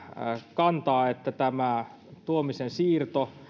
kantaa että tämä tuomisen siirto